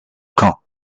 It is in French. caen